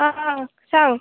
आं सांग